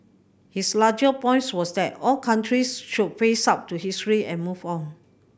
his larger points was that all countries should face up to history and move on